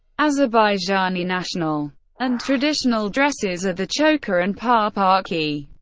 azerbaijani national and traditional dresses are the chokha and papakhi.